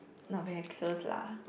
not very close lah